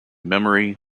memory